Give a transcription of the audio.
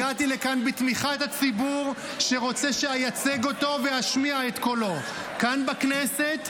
הגעתי לכאן בתמיכת הציבור שרוצה שאייצג אותו ואשמיע את קולו כאן בכנסת,